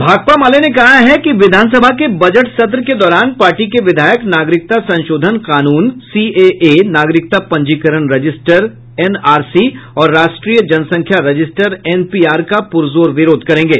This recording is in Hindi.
भाकपा माले ने कहा है कि विधानसभा के बजट सत्र के दौरान पार्टी के विधायक नागरिकता संशोधन कानून सीएए नागरिकता पंजीकरण रजिस्टर एनआरसी और राष्ट्रीय जनसंख्या रजिस्टर एनपीआर का पुरजोर विरोध करेंगे